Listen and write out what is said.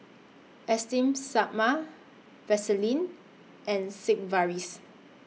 Esteem Stoma Vaselin and Sigvaris